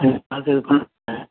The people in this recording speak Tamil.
சரி பார்த்து எதோ